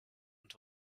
und